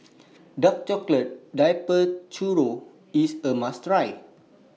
Dark Chocolate Dipped Churro IS A must Try